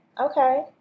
Okay